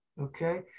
okay